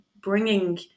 bringing